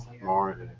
more